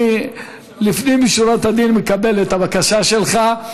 לפנים משורת הדין אני מקבל את הבקשה שלך,